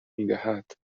میدهد